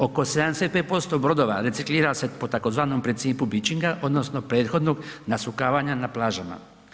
Oko 75% brodova reciklira se po tzv. principu bičinga odnosno prethodnog nasukavanja na plažama.